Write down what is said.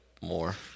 more